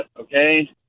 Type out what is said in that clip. okay